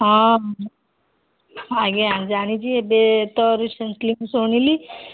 ହଁ ଆଜ୍ଞା ଜାଣିଛି ଏବେ ତ ରିସେଣ୍ଟଲି ମୁଁ ଶୁଣିଲି